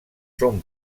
són